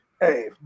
hey